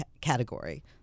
category